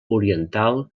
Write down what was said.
oriental